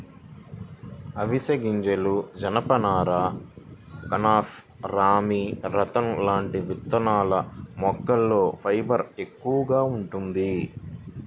అవిశె గింజలు, జనపనార, కెనాఫ్, రామీ, రతన్ లాంటి విత్తనాల మొక్కల్లో ఫైబర్ ఎక్కువగా వుంటది